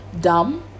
dumb